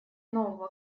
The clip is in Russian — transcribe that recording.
нового